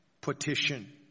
petition